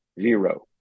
zero